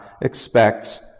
expects